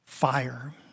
fire